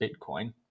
Bitcoin